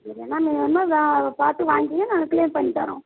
உங்களுக்கு என்ன மீன் வேணுமோ வே பார்த்து வாங்கிக்கோங்க நாங்கள் க்ளீன் பண்ணித் தரோம்